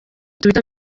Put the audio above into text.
twitter